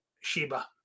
Sheba